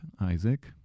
Isaac